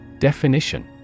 Definition